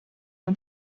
nur